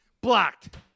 Blocked